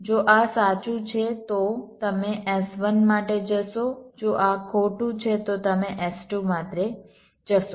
જો આ સાચું છે તો તમે s1 માટે જશો જો આ ખોટું છે તો તમે s2 માટે જશો